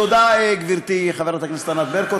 תודה, גברתי חברת הכנסת ענת ברקו.